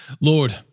Lord